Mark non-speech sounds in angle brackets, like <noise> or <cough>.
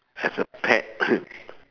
as a pet <coughs>